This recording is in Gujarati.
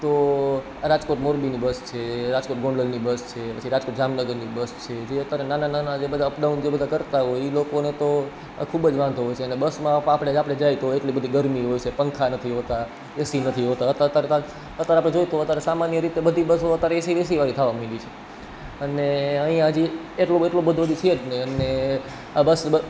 તો રાજકોટ મોરબીની બસ છે રાજકોટ ગોંડલની બસ છે પછી રાજકોટ જામનગરની બસ છે જે અત્યારે નાના નાના જે બધાં અપ ડાઉન જે બધાં કરતાં હોય ઈ લોકોને તો ખૂબ જ વાંધો હોય છે અને બસમાં આપણે જાઈએ તો એટલી બધી ગરમી હોય છે પંખા નથી હોતા એસી નથી હોતા અત્યારે આપણે જોઈએ તો સામાન્ય રીતે બધી બસમાં એસી થવા માંડી છે અને અહિયાં હજી એટલો બધો તો છે જ નઈ આ બસ